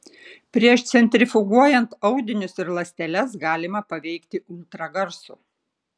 prieš centrifuguojant audinius ir ląsteles galima paveikti ultragarsu